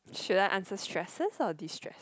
should I answer stresses or destress